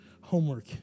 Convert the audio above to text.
homework